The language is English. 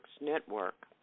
Network